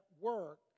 work